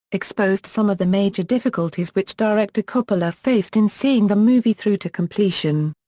exposed some of the major difficulties which director coppola faced in seeing the movie through to completion.